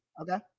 Okay